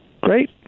Great